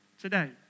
today